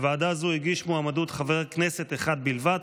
לוועדה הזו הגיש מועמדות חבר כנסת אחד בלבד,